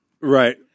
right